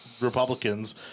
Republicans